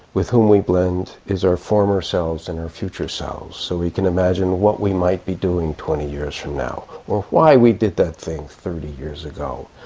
with whom we blend is our former selves and our future selves. so we can imagine what we might be doing twenty years from now, or why we did that thing thirty years ago.